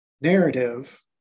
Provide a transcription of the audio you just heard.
narrative